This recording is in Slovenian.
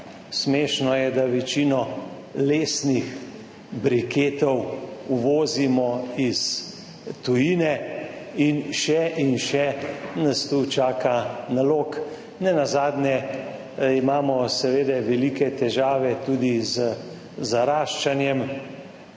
Smešno je, da večino lesnih briketov uvozimo iz tujine. In še in še nalog nas tu čaka. Nenazadnje imamo seveda velike težave tudi z zaraščanjem